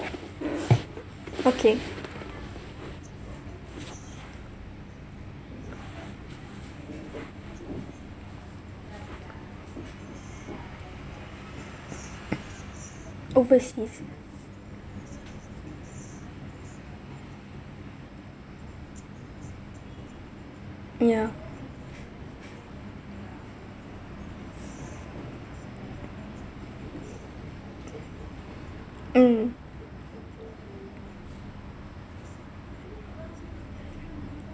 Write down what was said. okay overseas yeah mm